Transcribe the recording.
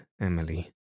Emily